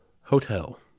hotel